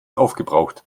aufgebraucht